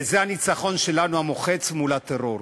וזה הניצחון המוחץ שלנו מול הטרור.